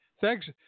thanks